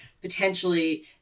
potentially